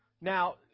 Now